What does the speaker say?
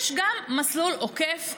יש גם מסלול עוקף,